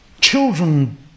children